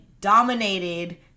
dominated